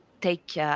take